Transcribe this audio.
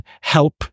help